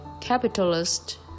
capitalist